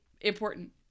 important